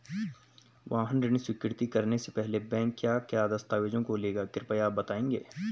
वाहन ऋण स्वीकृति करने से पहले बैंक क्या क्या दस्तावेज़ों को लेगा कृपया आप बताएँगे?